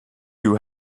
you